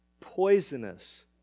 poisonous